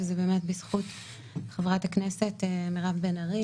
וזה באמת בזכות חברת הכנסת מירב בן ארי